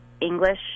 English